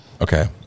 okay